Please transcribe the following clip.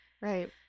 right